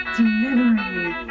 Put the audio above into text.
delivery